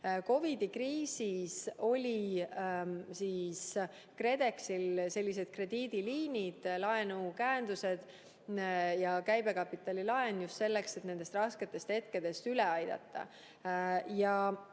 COVID-i kriisis olid KredExil sellised krediidiliinid, laenukäendused ja käibekapitali laen just selleks, et nendest rasketest hetkedest üle aidata.